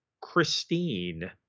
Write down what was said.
Christine